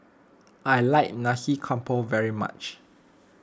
I like Nasi Campur very much